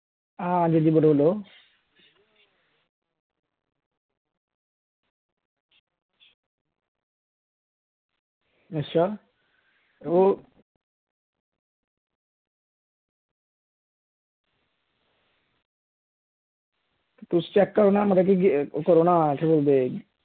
हां जी बोलो बोलो अच्छा ओह् तुस चैक करो ना मतलब केह् बोलदे